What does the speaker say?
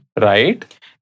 right